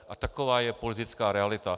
A taková je politická realita.